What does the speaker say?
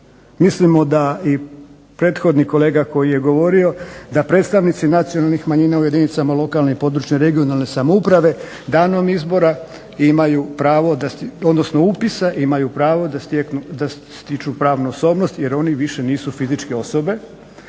mislimo da i prethodni kolega koji je govorio da predstavnici nacionalnih manjina u jedinicama lokalne i područne (regionalne) samouprave danom upisa imaju pravo da stječu pravnu osobnost jer oni više nisu fizičke osobe